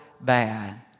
bad